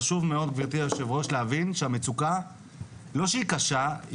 חשוב מאוד גברתי היו"ר להבין שהמצוקה לא שהיא קשה,